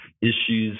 issues